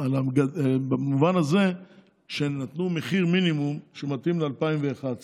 במובן הזה שהם נתנו מחיר מינימום שמתאים ל-2011